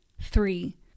Three